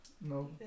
No